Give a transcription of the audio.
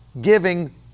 giving